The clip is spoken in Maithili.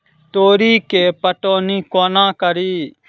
तोरी केँ पटौनी कोना कड़ी?